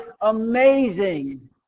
amazing